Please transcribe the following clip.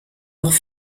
noch